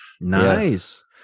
nice